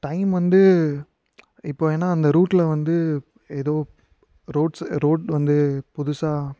time வந்து இப்போது ஏனால் அந்த ரூட்டில் வந்து ஏதோ ரோட்ஸ் ரோட் வந்து புதுசாக